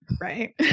right